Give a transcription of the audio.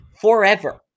forever